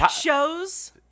shows